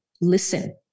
listen